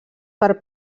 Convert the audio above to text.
per